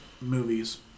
movies